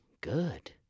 Good